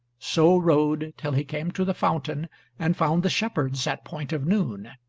so rode till he came to the fountain and found the shepherds at point of noon.